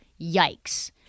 yikes